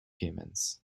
humans